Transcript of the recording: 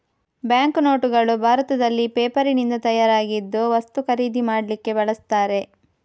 bank ನೋಟುಗಳು ಭಾರತದಲ್ಲಿ ಪೇಪರಿನಿಂದ ತಯಾರಾಗಿದ್ದು ವಸ್ತು ಖರೀದಿ ಮಾಡ್ಲಿಕ್ಕೆ ಬಳಸ್ತಾರೆ